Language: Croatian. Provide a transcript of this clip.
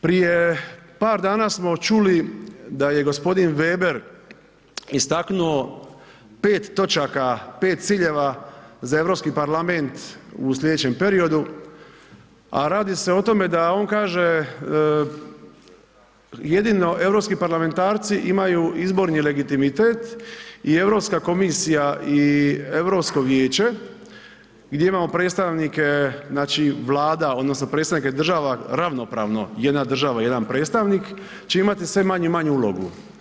Prije par dana smo čuli da je g. Weber istaknuo 5 točaka, 5 ciljeva za EU parlament u sljedećem periodu, a radi se o tome da on kaže jedino europski parlamentarci imaju izborni legitimitet i EU komisija i EU vijeće gdje imamo predstavnike znači Vlada odnosno predstavnike država ravnopravno, jedna država jedan predstavnik će imati sve manju i manju ulogu.